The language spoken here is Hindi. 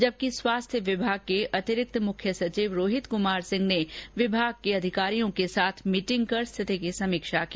जबकि स्वास्थ्य विभाग के अतिरिक्त मुख्य सचिव रोहित कुमार सिंह ने विभाग के अधिकारियों के साथ मीटिंग कर स्थिति की समीक्षा की